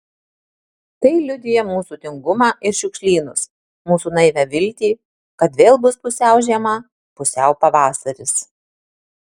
tai liudija mūsų tingumą ir šiukšlynus mūsų naivią viltį kad vėl bus pusiau žiema pusiau pavasaris